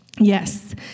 Yes